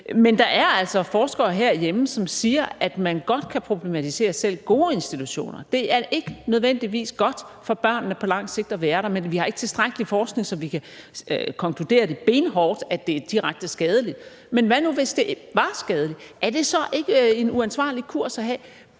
Men der er altså forskere herhjemme, som siger, at man godt kan problematisere selv gode institutioner. Det er ikke nødvendigvis godt for børnene på lang sigt at være der, men vi har ikke tilstrækkeligt med forskning, så vi kan konkludere benhårdt, at det er direkte skadeligt. Men hvad nu hvis det var skadeligt, er det så ikke en uansvarlig kurs at have?